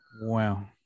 Wow